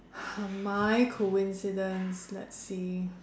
my coincidence let's see